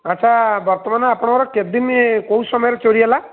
ଆଚ୍ଛା ବର୍ତ୍ତମାନ ଆପଣଙ୍କର କେତେଦିନ କେଉଁ ସମୟରେ ଚୋରୀ ହେଲା